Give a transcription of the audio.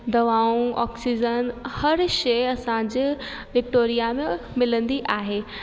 दवाऊं ऑक्सीजन हर शइ असांजे विक्टोरिया में मिलंदी आहे